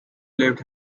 left